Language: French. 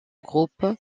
groupes